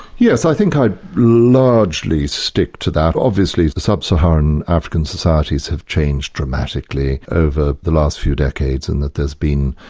yes i think i'd largely stick to that. obviously the sub-saharan african societies have changed dramatically over the last few decades, in that there's been